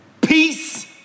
Peace